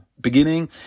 beginning